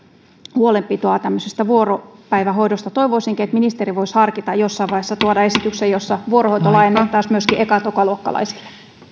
huolenpitoa tämmöisestä vuoropäivähoidosta toivoisinkin että ministeri voisi harkita jossain vaiheessa tuovansa esityksen jossa vuorohoito laajennettaisiin myöskin eka ja tokaluokkalaisille